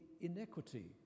inequity